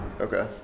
Okay